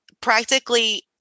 Practically